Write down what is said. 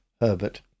Herbert